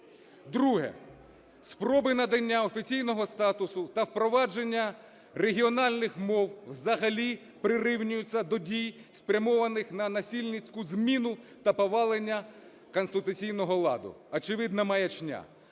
Друге. Спроби надання офіційного статусу та впровадження регіональних мов взагалі прирівнюються до дій, спрямованих на насильницьку зміну та повалення конституційного ладу. Очевидно, маячня.